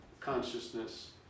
Consciousness